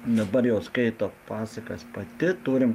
dabar jau skaito pasakas pati turim